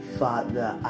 father